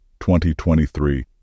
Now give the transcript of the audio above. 2023